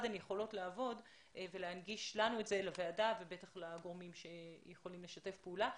הן יכולות לעבוד ולהנגיש לוועדה ובטח לגורמים שיכולים לשתף פעולה.